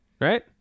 right